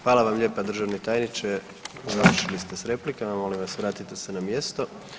Hvala vam lijepa državni tajniče, završili ste s replikama, molim vas vratite se na mjesto.